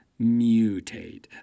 mutate